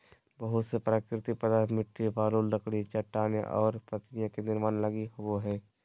बहुत से प्राकृतिक पदार्थ मिट्टी, बालू, लकड़ी, चट्टानें और पत्तियाँ के निर्माण लगी होबो हइ